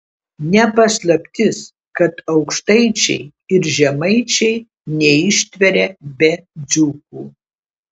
ne paslaptis kad aukštaičiai ir žemaičiai neištveria be dzūkų